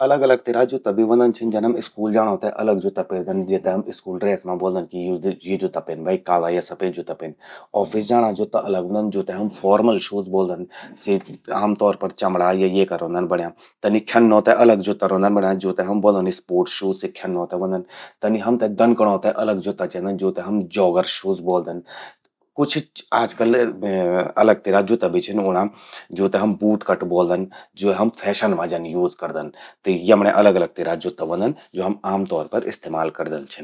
अलग अलग तिरा जुत्ता भी व्हंदन छिन, जन हम स्कूल जांणों ते अलग जुत्ता पेरदन, जूंते हम स्कूल ड्रेस दगड़ि पेरदन। जूंते ब्वोल्दन हम कि काला या सफेद जुत्ता पेन्न भई। ऑफिस जाणा जुत्ता अलग व्हंदन, जूंते हम फॉर्म शूज ब्वोल्दन। सि आम तौर पर चमड़ा या येका रौंदन बण्यां। तन्नि ख्यन्नो ते अलग जुत्ता रौंदन बण्यां, जूंते हम ब्वोल्दन स्पोर्ट्स शूज, सि ख्यन्नो ते व्हंदन। तनि हमते दनकणों ते अलग जुत्ता चेंदन, जूंते हम जॉगर्स शूज ब्वोल्दन। कुछ आजकल अलग तिरा जुत्ता भी छिन ऊंणां, जूंते हम बूट कट ब्वोलदन, जूंते हम फैशन मां जन यूज़ करदन। त यमण्यें अलग अलग तिरा जुत्ता व्हंदन, ज्वो हम आम तौर पर इस्तेमाल करदन छिन।